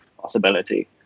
Possibility